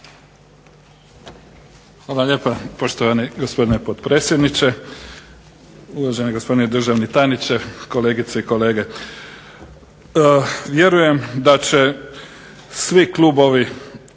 Hvala lijepa poštovani gospodine potpredsjedniče, uvaženi gospodine državni tajniče, kolegice i kolege. Vjerujem da će svi klubovi,